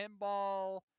pinball